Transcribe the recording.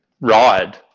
ride